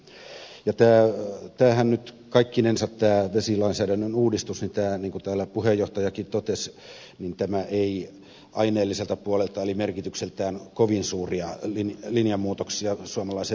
tämä vesilainsäädännön uudistushan nyt kaikkinensa niin kuin täällä puheenjohtajakin totesi ei aineelliselta puoleltaan eli merkitykseltään kovin suuria linjanmuutoksia suomalaiseen vesilainsäädäntöön merkitse